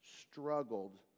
struggled